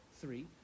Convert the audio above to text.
three